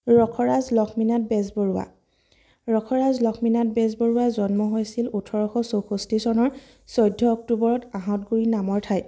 ৰসৰাজ লক্ষ্মীনাথ বেজবৰুৱা ৰসৰাজ লক্ষ্মীনাথ বেজবৰুৱা জন্ম হৈছিল ওঠৰশ চৌষষ্ঠি চনৰ চৈধ্য অক্টোবৰত আঁহতগুৰি নামৰ ঠাইত